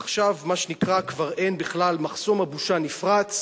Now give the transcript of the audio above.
עכשיו, מה שנקרא, כבר אין בכלל, מחסום הבושה נפרץ,